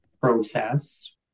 process